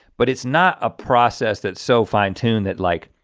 but it's not a process that so fine tune that like,